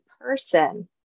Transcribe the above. person